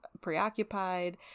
preoccupied